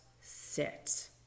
sit